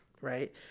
right